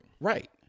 Right